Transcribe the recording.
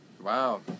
Wow